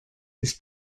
this